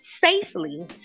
safely